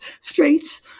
streets